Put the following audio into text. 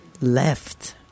Left